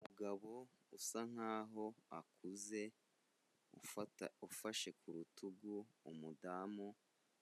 Umugabo usa nkaho akuze, ufashe ku rutugu umudamu